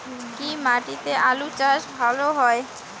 কি মাটিতে আলু চাষ ভালো হয়?